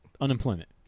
Unemployment